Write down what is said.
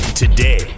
Today